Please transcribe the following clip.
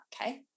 Okay